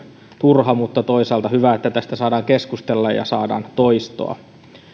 turha mutta toisaalta hyvä että tästä saadaan keskustella ja saadaan toistoa